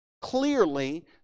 clearly